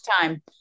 time